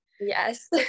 Yes